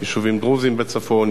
יישובים דרוזיים בצפון,